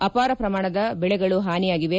ಆಪಾರ ಪ್ರಮಾಣದ ಬೆಳೆಗಳು ಪಾನಿಯಾಗಿವೆ